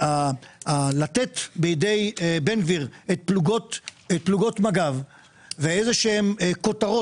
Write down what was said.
לתת בידי בן גביר את פלוגות מג"ב ואיזשהן כותרות